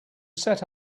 set